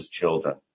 children